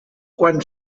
quan